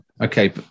okay